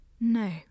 No